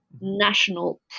national